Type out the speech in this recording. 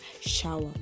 shower